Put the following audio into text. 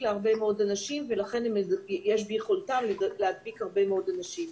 להרבה מאוד אנשים ולכן יש ביכולתם להדביק הרבה מאוד אנשים.